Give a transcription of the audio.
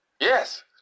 Yes